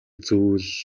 зүйл